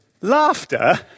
Laughter